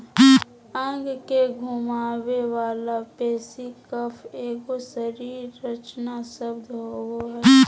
अंग के घुमावे वाला पेशी कफ एगो शरीर रचना शब्द होबो हइ